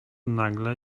nagle